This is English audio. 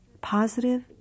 Positive